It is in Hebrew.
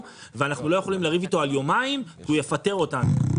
ואנחנו לא יכולים לריב איתו על יומיים כי הוא יפטר אותנו.